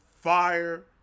fire